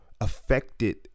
affected